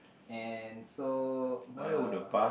and so uh